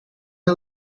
are